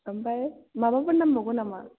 ओमफ्राय माबाफोर नांबावगौ नामा